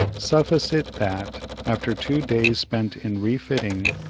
suffice it that, after two days spent in refitting,